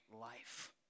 life